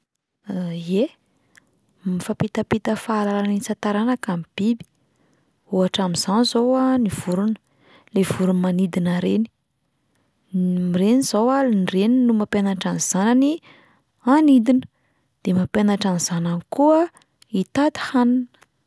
Ie, mifampitampita fahalalana isan-taranaka ny biby, ohatra amin'izany izao a ny vorona, le voro-manidina ireny, ireny izao a ny reniny no mampianatra ny zanany hanidina, de mampianatra ny zanany koa hitady hanina.